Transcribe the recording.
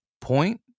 point